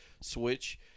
Switch